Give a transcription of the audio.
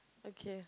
okay